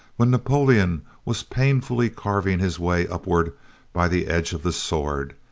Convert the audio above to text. when napoleon was painfully carving his way upward by the edge of the sword,